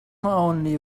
only